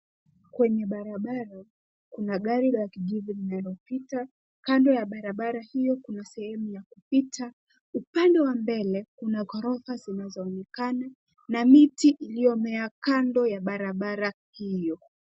Kwenye barabara, kuna rangi la kijivu linalopita. Kando ya barabara hiyo kuna sehemu ya kupita. Upande wa mbele, kuna gorofa zinazoonekana na miti iliyomea kando ya barabara hiyo.